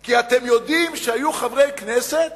כי אתם יודעים שהיו חברי כנסת